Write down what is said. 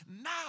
now